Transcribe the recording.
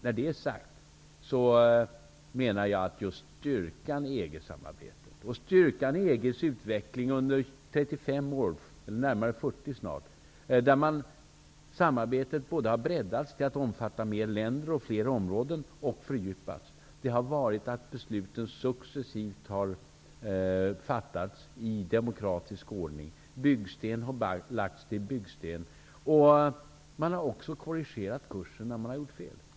När detta är sagt vill jag också framhålla att styrkan i EG-samarbetet och i EG:s utveckling under snart 40 år -- ett samarbete som har breddats till att omfatta fler länder och fler områden och som även har fördjupats -- har varit att besluten successivt har fattats i demokratisk ordning. Byggsten har lagts till byggsten, och man har också korrigerat kursen när man har gjort fel.